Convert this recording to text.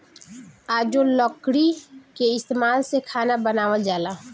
आजो लकड़ी के इस्तमाल से खाना बनावल जाला